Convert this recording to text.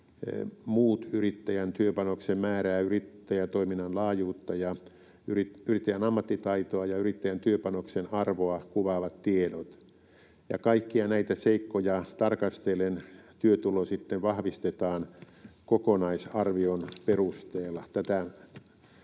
muut yrittäjän työpanoksen määrää, yrittäjätoiminnan laajuutta, yrittäjän ammattitaitoa ja yrittäjän työpanoksen arvoa kuvaavat tiedot. Kaikkia näitä seikkoja tarkastellen työtulo sitten vahvistetaan ”kokonaisarvion” perusteella.